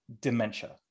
dementia